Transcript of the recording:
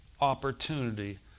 opportunity